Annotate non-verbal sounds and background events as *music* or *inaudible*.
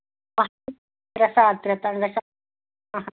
*unintelligible* ترٛےٚ ساڑ ترٛےٚ تام گژھِ *unintelligible*